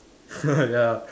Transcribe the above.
ya